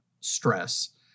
stress